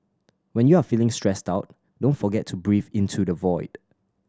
when you are feeling stressed out don't forget to breathe into the void